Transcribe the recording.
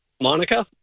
Monica